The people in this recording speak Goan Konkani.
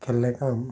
केल्लें काम